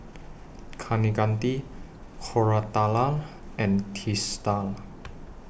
Kaneganti Koratala and Teesta